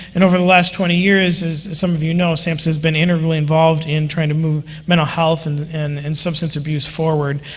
and over the last twenty years, as some of you know, samhsa has been integrally involved in trying to move mental health and and substance abuse forward.